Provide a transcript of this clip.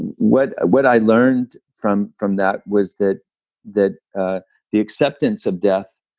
and what what i learned from from that was that that ah the acceptance of death.